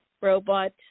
robot